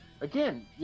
again